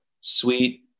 sweet